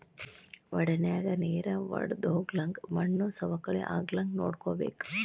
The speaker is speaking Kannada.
ವಡನ್ಯಾಗ ನೇರ ವಡ್ದಹೊಗ್ಲಂಗ ಮಣ್ಣು ಸವಕಳಿ ಆಗ್ಲಂಗ ನೋಡ್ಕೋಬೇಕ